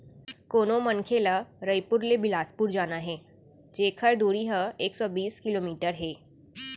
कोनो मनखे ल रइपुर ले बेलासपुर जाना हे जेकर दूरी ह एक सौ बीस किलोमीटर हे